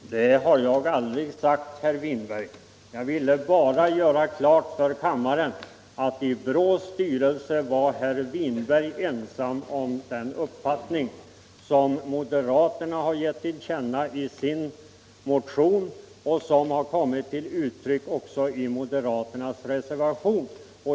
Fru talman! Det har jag aldrig sagt, herr Winberg. Jag ville bara göra klart för kammarens ledamöter att herr Winberg var ensam i BRÅ:s styrelse om den uppfattning som moderaterna har givit till känna i sin motion och som kommit till uttryck också i moderaternas reservation.